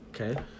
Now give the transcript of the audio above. Okay